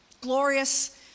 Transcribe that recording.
glorious